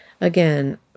again